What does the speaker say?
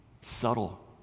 Subtle